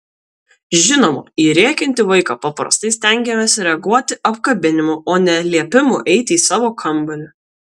žinoma į rėkiantį vaiką paprastai stengiamės reaguoti apkabinimu o ne liepimu eiti į savo kambarį